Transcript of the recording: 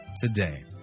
today